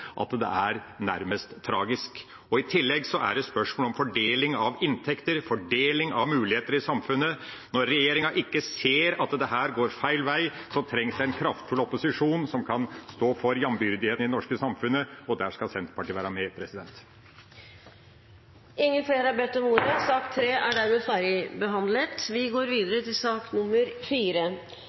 tragisk. I tillegg er det spørsmål om fordeling av inntekter, fordeling av muligheter i samfunnet. Når regjeringa ikke ser at dette går feil vei, trengs det en kraftfull opposisjon som kan stå for jambyrdigheten i det norske samfunnet, og der skal Senterpartiet være med. Flere har ikke bedt om ordet til sak nr. 3. Etter ønske fra arbeids- og sosialkomiteen vil presidenten foreslå at taletiden blir begrenset til